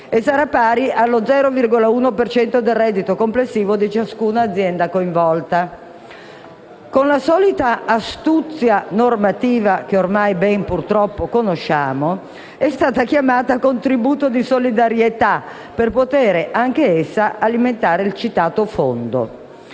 Sarà pari allo 0,1 per cento del reddito complessivo di ciascuna azienda coinvolta. Con la solita «astuzia normativa», che ormai purtroppo conosciamo, è stata chiamata contributo di solidarietà, per poter anch'essa alimentare il citato Fondo.